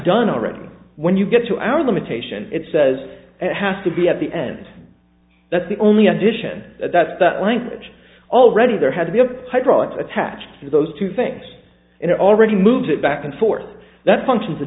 done already when you get to our limitation it says it has to be at the end that's the only addition that's the language already there had to be a hydraulic attach to those two things and already moved it back and forth that functions a